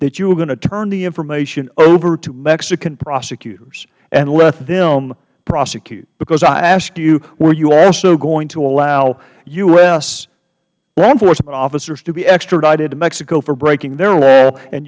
that you were going to turn the information over to mexican prosecutors and let them prosecute because i asked you were you also going to allow u s law enforcement officers to be extradited to mexico for breaking their law and